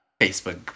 Facebook